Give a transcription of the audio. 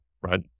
right